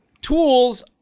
tools